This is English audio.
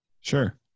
Sure